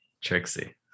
Trixie